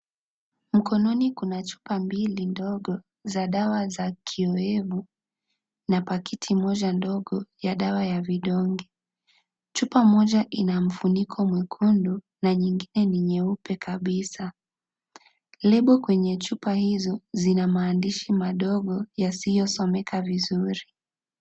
Mkononi kuna chupa mbili ndogo za dawa za kiwevu na paketi moja ndogo ya dawa ya vidonge chupa moja onamifiniko mwekundu nanyingine ni nyeupe kabisaa lebo kwenye chupa hizo lina maandishi madogo yasiyosomeka vizuri.